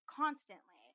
constantly